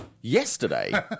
yesterday